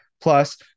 Plus